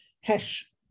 hash